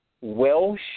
Welsh